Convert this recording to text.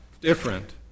different